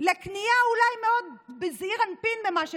לקנייה בזעיר אנפין למה שצריך.